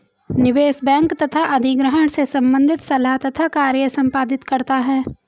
निवेश बैंक तथा अधिग्रहण से संबंधित सलाह तथा कार्य संपादित करता है